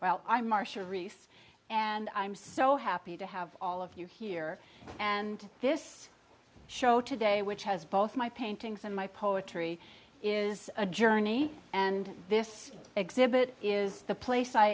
well i'm marsha reese and i'm so happy to have all of you here and this show today which has both my paintings and my poetry is a journey and this exhibit is the place i